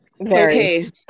Okay